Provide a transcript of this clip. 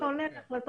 נגוסה,